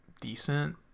decent